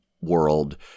world